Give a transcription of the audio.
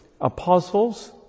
apostles